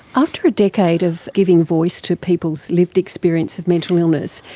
after a decade of giving voice to people's lived experience of mental illness,